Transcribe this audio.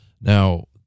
Now